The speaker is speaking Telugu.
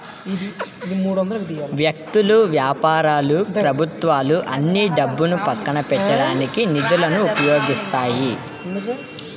వ్యక్తులు, వ్యాపారాలు ప్రభుత్వాలు అన్నీ డబ్బును పక్కన పెట్టడానికి నిధులను ఉపయోగిస్తాయి